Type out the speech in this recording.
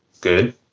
good